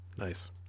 Nice